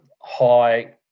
high